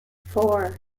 four